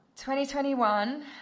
2021